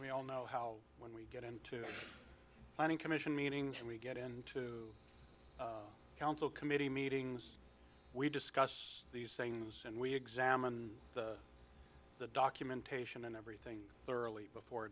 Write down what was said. we all know how when we get into planning commission meaning should we get into council committee meetings we discuss these things and we examine the documentation and everything thoroughly before